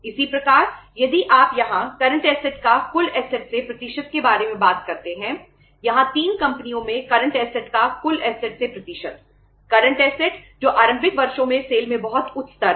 इसी प्रकार यदि आप यहां करंट ऐसेट में बहुत उच्च स्तर था